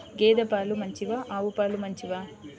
గేద పాలు మంచివా ఆవు పాలు మంచివా?